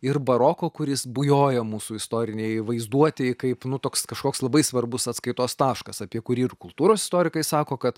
ir baroko kuris bujoja mūsų istorinėj vaizduotėj kaip nu toks kažkoks labai svarbus atskaitos taškas apie kurį ir kultūros istorikai sako kad